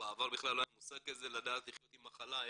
בעבר בכלל לא היה מושג כזה לדעת לחיות עם מחלה,